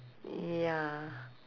ya